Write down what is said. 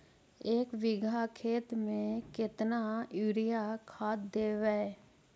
एक बिघा खेत में केतना युरिया खाद देवै?